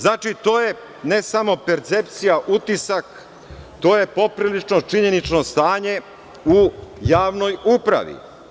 Znači, to je ne samo percepcija, utisak, to je poprilično činjenično stanje u javnoj upravi.